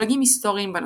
פלגים היסטוריים בנצרות